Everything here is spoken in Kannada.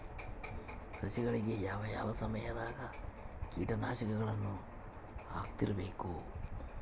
ಸಸಿಗಳಿಗೆ ಯಾವ ಯಾವ ಸಮಯದಾಗ ಕೇಟನಾಶಕಗಳನ್ನು ಹಾಕ್ತಿರಬೇಕು?